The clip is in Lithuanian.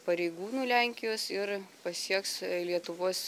pareigūnų lenkijos ir pasieks lietuvos